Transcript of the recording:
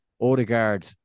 Odegaard